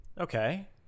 Okay